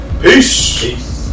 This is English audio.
Peace